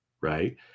right